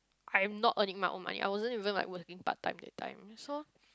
I'm not earning my own money I wasn't even like working part time that time so